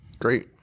great